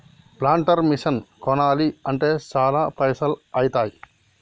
planter machine కొనాలి అంటే చాల పైసల్ ఐతాయ్